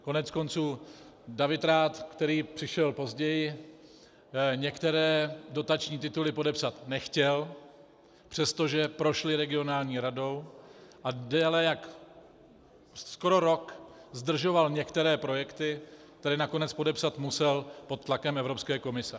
Koneckonců David Rath, který přišel později, některé dotační tituly podepsat nechtěl, přestože prošly regionální radou, a déle jak skoro rok zdržoval některé projekty, které nakonec podepsat musel pod tlakem Evropské komise.